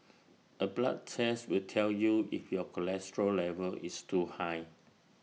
A blood test will tell you if your cholesterol level is too high